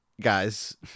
guys